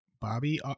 Bobby